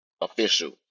official